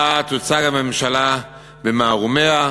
שבו תוצג הממשלה במערומיה,